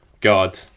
God